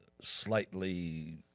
slightly